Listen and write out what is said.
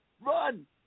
run